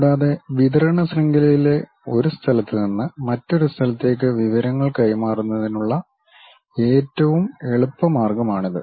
കൂടാതെ വിതരണ ശൃംഖലയിലെ ഒരു സ്ഥലത്ത് നിന്ന് മറ്റൊരു സ്ഥലത്തേക്ക് വിവരങ്ങൾ കൈമാറുന്നതിനുള്ള ഏറ്റവും എളുപ്പമാർഗ്ഗമാണിത്